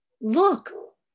Look